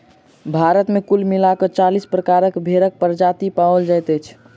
भारत मे कुल मिला क चालीस प्रकारक भेंड़क प्रजाति पाओल जाइत अछि